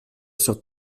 sur